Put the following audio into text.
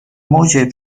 موجب